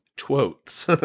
quotes